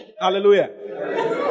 Hallelujah